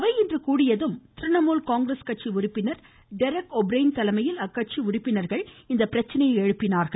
அவை இன்று கூடியதும் திரிணாமுல் காங்கிரஸ் கட்சி உறுப்பினர் டெரக் ஒப்ரேன் தலைமையில் அக்கட்சி உறுப்பினர்கள் இப்பிரச்சினையை எழுப்பினார்கள்